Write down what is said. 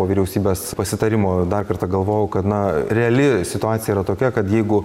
po vyriausybės pasitarimo dar kartą galvojau kad na reali situacija yra tokia kad jeigu